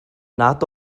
nad